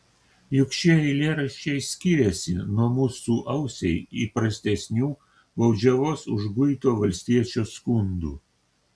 juk šie eilėraščiai skiriasi nuo mūsų ausiai įprastesnių baudžiavos užguito valstiečio skundų